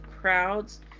crowds